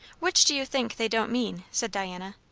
which do you think they don't mean? said diana.